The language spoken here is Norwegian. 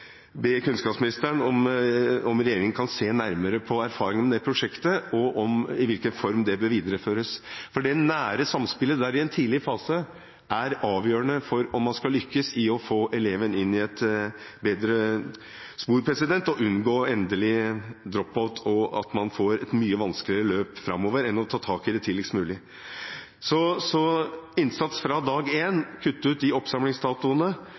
i hvilken form det bør videreføres. For det nære samspillet i en tidlig fase er avgjørende for om man skal lykkes med å få eleven inn i et bedre spor og unngå endelig drop-out. Man får et mye vanskeligere løp framover om man ikke tar tak i det tidligst mulig. Innsats fra dag én og kutt ut de oppsamlingsdatoene!